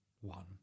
one